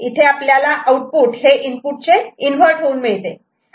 इथे आपल्याला आउटपुट हे इनपुट चे इन्व्हर्ट होऊन मिळते